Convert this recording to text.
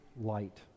light